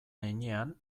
heinean